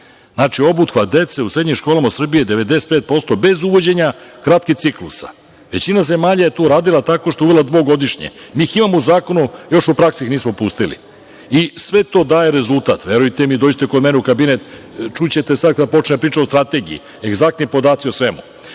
Znači, obuhvat dece u srednjim školama Srbije je 95% bez uvođenja kratkih ciklusa. Većina zemalja je to uradila tako što je uvela dvogodišnje. Mi ih imamo u zakonu, još u praksi ih nismo pustili. Sve to daje rezultat. Verujte mi. Dođite kod mene u kabinet, čućete sad kad počne priča o strategiji, egzaktni podaci o